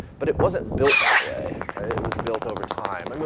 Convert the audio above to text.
but it wasn't built that way, right, it was built over time. and